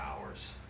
hours